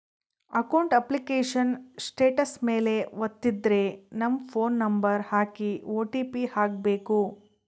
account application status ಮೇಲೆ ವತ್ತಿದ್ರೆ ನಮ್ ಫೋನ್ ನಂಬರ್ ಹಾಕಿ ಓ.ಟಿ.ಪಿ ಹಾಕ್ಬೆಕು